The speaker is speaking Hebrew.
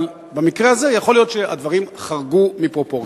אבל במקרה הזה יכול להיות שהדברים חרגו מפרופורציה.